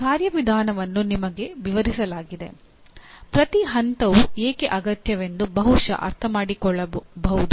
ಆ ಕಾರ್ಯವಿಧಾನವನ್ನು ನಿಮಗೆ ವಿವರಿಸಲಾಗಿದೆ ಪ್ರತಿ ಹಂತವು ಏಕೆ ಅಗತ್ಯವೆಂದು ಬಹುಶಃ ಅರ್ಥಮಾಡಿಕೊಳ್ಳಬಹುದು